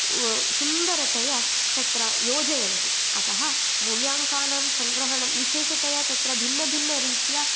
सुन्दरतया तत्र योजयन्ति अतः मूल्याङ्कानां सङ्ग्रहणं विशेषतया तत्र भिन्नभिन्नरीत्या